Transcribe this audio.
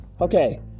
Okay